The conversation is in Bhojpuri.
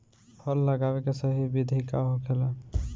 फल लगावे के सही विधि का होखेला?